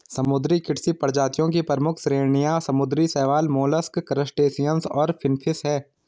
समुद्री कृषि प्रजातियों की प्रमुख श्रेणियां समुद्री शैवाल, मोलस्क, क्रस्टेशियंस और फिनफिश हैं